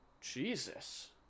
Jesus